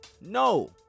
No